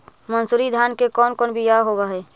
मनसूरी धान के कौन कौन बियाह होव हैं?